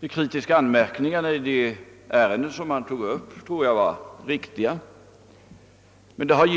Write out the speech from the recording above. De kritiska anmärkningarna i det ärende han dragit upp tror jag var riktiga. De har